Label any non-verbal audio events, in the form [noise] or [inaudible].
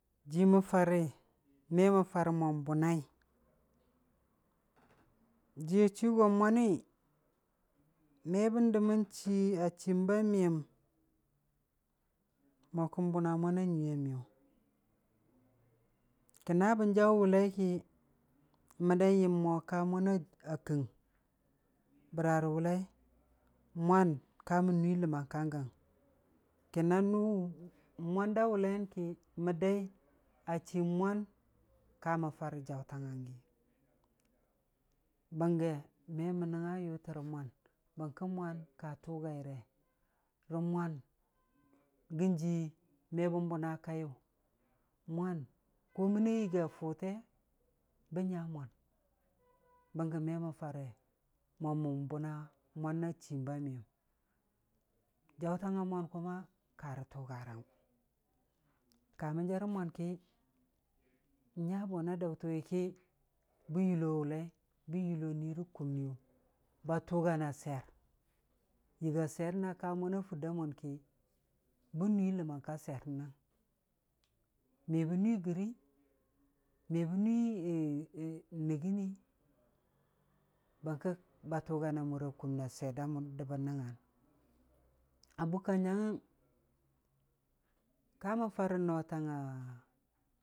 Jii mən fari, me mən farə mo bʊnai, jiiya chii go mwanni, me bən dəmən mo chii a chiim ba miyəm mo kən bʊna mwan a nyiiya miyʊ, kə na bən jar wʊllai ki, ma dai yəm mo ko mwan a kɨng, bəra rə wʊllai? Mwan ka mən nuii ləmmang ka gəng, kə na nʊ mwan da wʊllai yən ki, mədai a chiin mwan kamən farə jaʊtang a gi, bəngge, me mən nəngnga yʊtə rə mwan, bərkə mwan ka tʊgai re, rə mwan gən jii me bən bʊna kaiyʊ, mwan, ko məna yɨga fʊte, bən nya mwan, bənggə me mən fare mo mən bʊna mwan a chiim ba miyəm, jaʊtang a mwan kʊma karo tʊgarang kamən jarə mwan ki, n'nya bona daʊtən wi ki, bən yullo wʊllai, bən yullo ni rə kuniiyu ba tʊgana swiyer, yɨga swiyer na ka mwana fur da mʊn ki, bən nuii ləmmang ka swiyer bənəng, me bən nuii gɨrii, me bən nuii [hesitation] nɨggɨnii, bərkə ba tʊgan a mura kumna swiyer da mʊ bən nəngngan, a bukə nyangngəng, kamən farə notangnga.